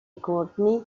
courtney